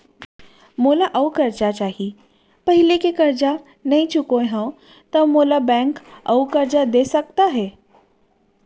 मोला अऊ करजा चाही पहिली के करजा नई चुकोय हव त मोल ला बैंक अऊ करजा दे सकता हे?